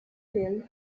failed